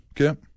Okay